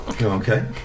Okay